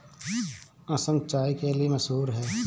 असम चाय के लिए मशहूर है